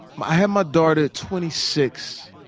i had my daughter at twenty six